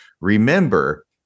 Remember